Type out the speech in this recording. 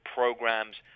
programs